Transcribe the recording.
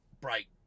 break